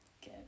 Good